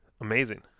amazing